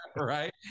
Right